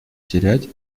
терять